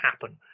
happen